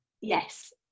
Yes